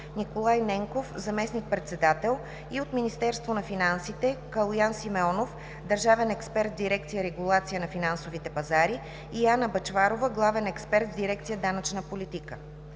Николай Ненков – заместник-председател, и от Министерство на финансите – Калоян Симеонов – държавен експерт в Дирекция „Регулация на финансовите пазари“, и Анна Бъчварова – главен експерт в Дирекция „Данъчна политика“.